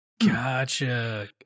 Gotcha